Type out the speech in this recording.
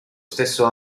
stesso